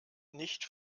nicht